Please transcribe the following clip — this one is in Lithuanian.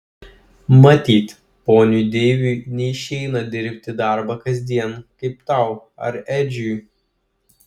matyt ponui deiviui neišeina dirbti darbą kasdien kaip tau ar edžiui